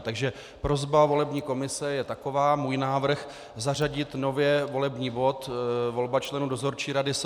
Takže prosba volební komise je taková, můj návrh, zařadit nově volební bod volba členů dozorčí rady SFRB.